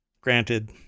Granted